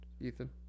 Ethan